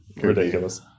Ridiculous